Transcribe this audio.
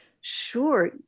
Sure